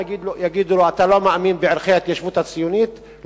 יגידו לו: אתה לא מאמין בערכי ההתיישבות הציונית,